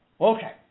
Okay